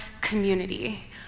community